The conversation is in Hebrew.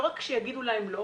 לא רק שיגידו להם לא,